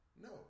No